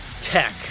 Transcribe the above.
tech